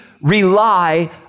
rely